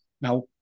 Now